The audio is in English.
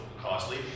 costly